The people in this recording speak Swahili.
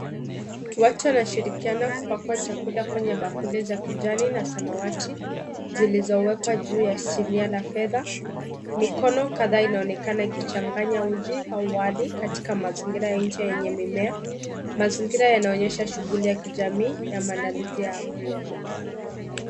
Watu nashirikiana kupakua chakula kwenye bakuli za kijani na samawati. Zilizowekwa juu ya sinia la fedha, mikono kadhaa inaonekana ikichanganya uji au wali katika mazingira ya nchi yenye mimea, mazingira yanaonyesha shughuli ya kijamii ya maandalizi ya mlo.